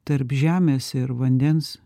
tarp žemės ir vandens